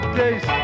days